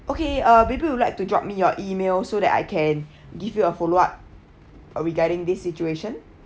okay uh may be would like you to drop me your email so that I can give you a follow up uh regarding this situation